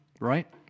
Right